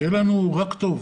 שיהיה לנו רק טוב.